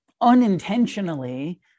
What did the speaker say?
unintentionally